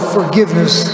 forgiveness